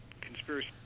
Conspiracy